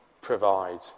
provide